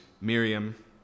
Miriam